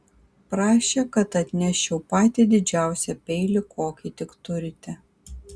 prašė kad atneščiau patį didžiausią peilį kokį tik turite